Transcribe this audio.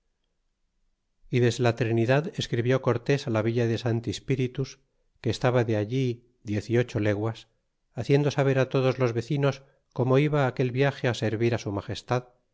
y desde la trinidad escribió cortés la villa de santispiritus que estaba de allí diez y ocho leguas haciendo saber todos los vecinos como iba aquel viage servir su magestad